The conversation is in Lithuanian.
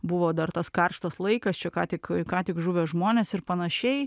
buvo dar tas karštas laikas čia ką tik ką tik žuvę žmonės ir panašiai